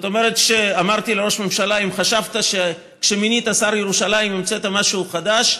אמרתי לראש הממשלה: אם חשבת שכשמינית שר ירושלים המצאת משהו חדש,